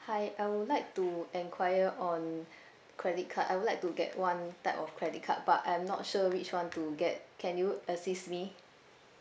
hi I would like to enquire on credit card I would like to get one type of credit card but I'm not sure which one to get can you assist me